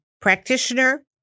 practitioner